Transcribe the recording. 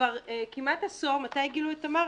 כבר כמעט עשור מתי גילו את "תמר"?